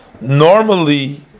normally